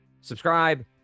subscribe